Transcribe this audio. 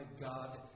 God